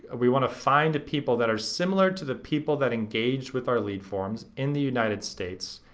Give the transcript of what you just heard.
ah we want to find the people that are similar to the people that engaged with our lead forms in the united states,